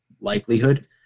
likelihood